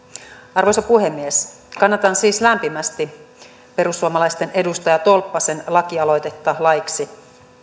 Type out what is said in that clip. arvoisa puhemies kannatan siis lämpimästi perussuomalaisten edustaja tolppasen lakialoitetta laiksi